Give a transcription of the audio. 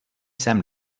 jsem